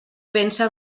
pensa